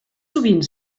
sovint